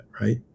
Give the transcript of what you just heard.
right